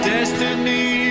Destiny